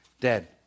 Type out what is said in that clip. dead